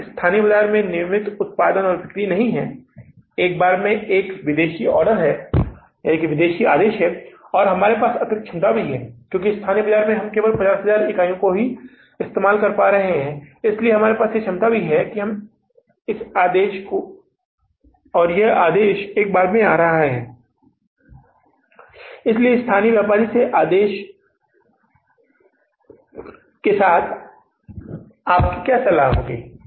यह स्थानीय बाजार में नियमित उत्पादन और बिक्री नहीं है एक बार में एक विदेशी आदेश है और हमारे पास अतिरिक्त क्षमता भी है क्योंकि स्थानीय बाजार में हम केवल 50000 इकाइयों को समाप्त कर रहे हैं इसलिए हमारे पास यह क्षमता भी है यह आदेश एक बार में आ रहा है इसलिए स्थानीय व्यापारी से आदेश के साथ आपकी सलाह क्या होगी